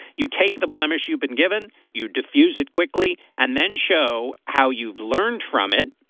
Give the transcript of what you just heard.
you take the blemish you been given. you diffuse it quickly and then show how you've learned from it.